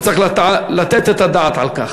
וצריך לתת את הדעת על כך.